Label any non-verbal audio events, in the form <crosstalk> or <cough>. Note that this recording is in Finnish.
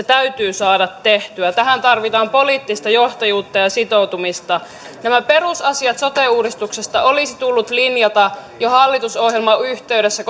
<unintelligible> täytyy saada tehtyä tähän tarvitaan poliittista johtajuutta ja ja sitoutumista nämä perusasiat sote uudistuksesta olisi tullut linjata jo hallitusohjelman yhteydessä <unintelligible>